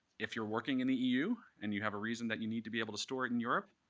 if you're working in the eu and you have a reason that you need to be able to store it in europe,